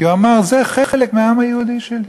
כי הוא אמר: זה חלק מהעם היהודי שלי.